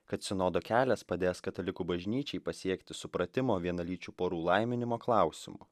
kad sinodo kelias padės katalikų bažnyčiai pasiekti supratimo vienalyčių porų laiminimo klausimu